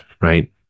right